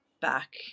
back